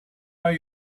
are